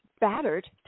Battered